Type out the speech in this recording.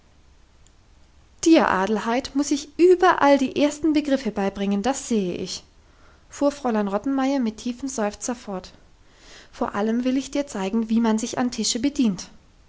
dir adelheid muss ich überall die ersten begriffe beibringen das sehe ich fuhr fräulein rottenmeier mit tiefem seufzer fort vor allem will ich dir zeigen wie man sich am tische bedient